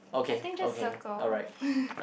I think just circle